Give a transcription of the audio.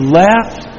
left